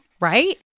right